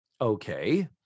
Okay